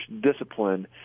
discipline